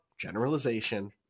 generalization